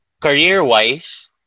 career-wise